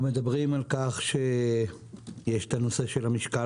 אנחנו מדברים על כך שיש את נושא המשקל,